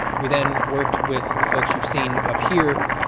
we then worked with the folks you've seen up here,